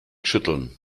schütteln